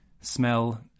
Smell